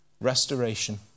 restoration